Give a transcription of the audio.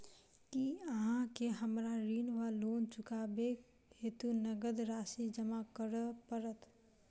की अहाँ केँ हमरा ऋण वा लोन चुकेबाक हेतु नगद राशि जमा करऽ पड़त?